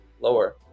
lower